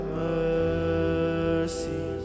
mercy